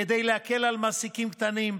כדי להקל על מעסיקים קטנים,